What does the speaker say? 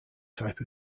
type